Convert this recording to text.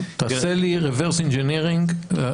תעשה לי reverse engineering ל-500.